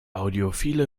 audiophile